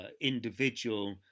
individual